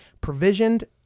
provisioned